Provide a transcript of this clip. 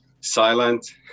silent